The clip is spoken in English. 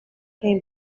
came